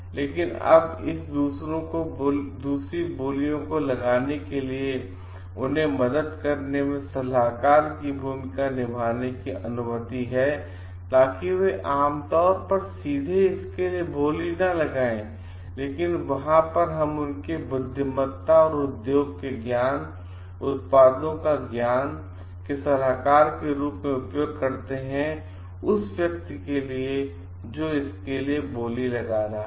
लेकिनअब दूसरों को बोली लगाने के लिए उन्हें मदद करने में सलाहकार की भूमिका निभाने की अनुमति है ताकि वे आम तौर पर सीधे इसके लिए बोली न लगाएं लेकिन वहां हम उनके बुद्धिमत्ता और उद्योग के ज्ञान उत्पादों का ज्ञान का सलाहकार के रूप में उपयोग करते हैं उस व्यक्ति के लिए जो इसके लिए बोली लगा रहा है